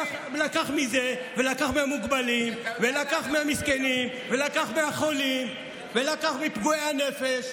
לקח מזה ולקח מהמוגבלים ולקח מהמסכנים ולקח מהחולים ולקח מפגועי הנפש.